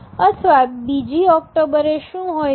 અથવા બીજી ઓક્ટોબરે શું હોય છે